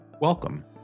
Welcome